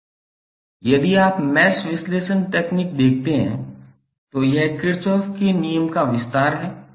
यदि आप मैश विश्लेषण तकनीक देखते हैं तो यह किरचॉफ के नियम का विस्तार है